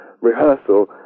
rehearsal